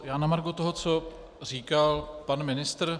Na margo toho, co říkal pan ministr.